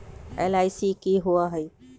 LIC की होअ हई?